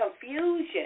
confusion